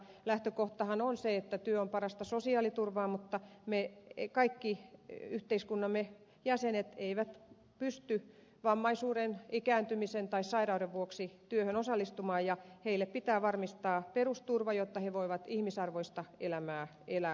lähtökohtahan on se että työ on parasta sosiaaliturvaa mutta kaikki yhteiskuntamme jäsenet eivät pysty vammaisuuden ikääntymisen tai sairauden vuoksi työhön osallistumaan ja heille pitää varmistaa perusturva jotta he voivat ihmisarvoista elämää elää suomenmaassa